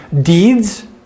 deeds